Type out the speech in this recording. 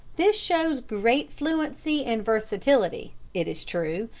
this shows great fluency and versatility, it is true,